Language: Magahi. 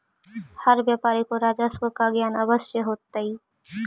हर व्यापारी को राजस्व का ज्ञान अवश्य होतई